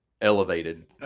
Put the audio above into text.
elevated